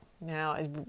Now